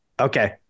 okay